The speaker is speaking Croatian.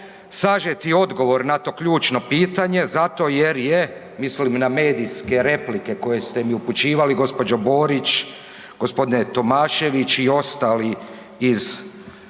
sažeti odgovor na to ključno pitanje zato jer je, mislim na medijske replike koje ste mi upućivali, gđo. Borić, g. Tomašević i ostali iz